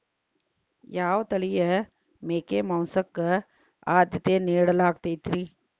ಯಾವ ತಳಿಯ ಮೇಕೆ ಮಾಂಸಕ್ಕ, ಆದ್ಯತೆ ನೇಡಲಾಗತೈತ್ರಿ?